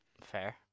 Fair